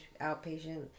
outpatient